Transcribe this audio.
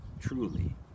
truly